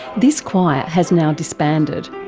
this choir has now disbanded,